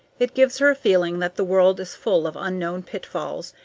it gives her a feeling that the world is full of unknown pitfalls,